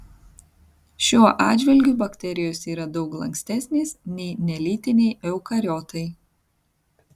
šiuo atžvilgiu bakterijos yra daug lankstesnės nei nelytiniai eukariotai